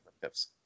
tips